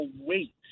wait